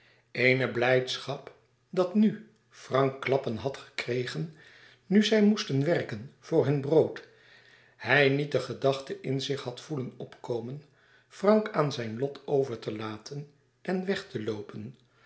eene blijdschap dat nu frank klappen had gekregen nu zij moesten werken voor hun brood hij niet de gedachte in zich had voelen opkomen frank aan zijn lot over te laten en weg te loopen